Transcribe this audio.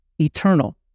eternal